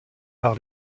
par